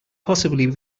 possibly